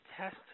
test